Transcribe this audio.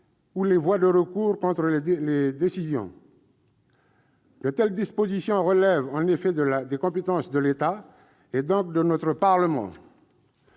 ou les voies de recours contre ses décisions. De telles dispositions relèvent en effet du domaine de compétences de l'État, et donc de notre Parlement.